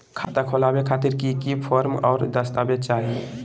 खाता खोले खातिर की की फॉर्म और दस्तावेज चाही?